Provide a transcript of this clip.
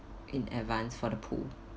in advance for the pool